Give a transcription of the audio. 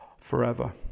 forever